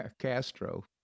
Castro